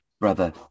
brother